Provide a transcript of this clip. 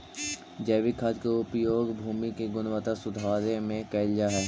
जैविक खाद के उपयोग भूमि के गुणवत्ता सुधारे में कैल जा हई